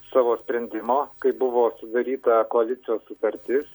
savo sprendimo kaip buvo sudaryta koalicijos sutartis